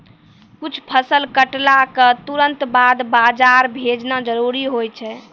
कुछ फसल कटला क तुरंत बाद बाजार भेजना जरूरी होय छै